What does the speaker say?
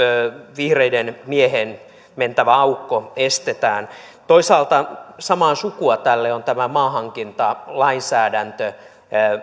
vihreiden miehien mentävä aukko estetään toisaalta samaa sukua tälle on maanhankintalainsäädäntö